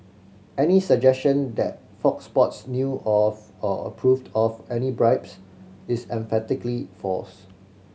any suggestion that Fox Sports knew of or approved of any bribes is emphatically false